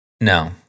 No